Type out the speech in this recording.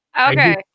Okay